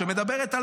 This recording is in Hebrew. שמדברת על